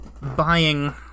buying